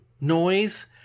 noise